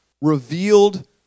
revealed